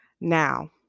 Now